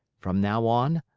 from now on,